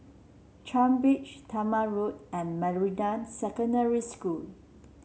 Changi Beach Talma Road and Meridian Secondary School